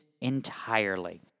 entirely